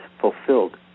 fulfilled